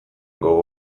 gogo